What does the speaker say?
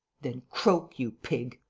then croak, you pig!